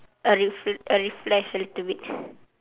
I refre~ I refresh a little bit